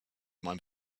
meinem